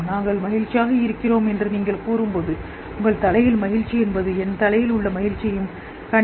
நாங்கள் மகிழ்ச்சியாக இருக்கிறோம் என்று நாங்கள் கூறும்போது உங்கள் தலையில் மகிழ்ச்சி என்பது என் தலையில் உள்ள மகிழ்ச்சி